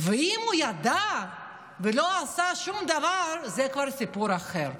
ואם הוא ידע ולא עשה שום דבר, זה כבר סיפור אחר.